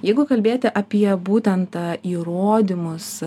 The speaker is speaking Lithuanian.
jeigu kalbėti apie būtent įrodymus